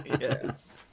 Yes